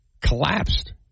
collapsed